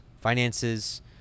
finances